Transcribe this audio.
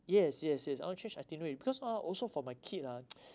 yes yes yes I want to change itinerary because ah also for my kid ah